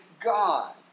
God